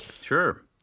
Sure